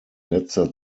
letzter